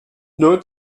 nur